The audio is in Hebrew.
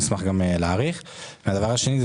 דבר שני,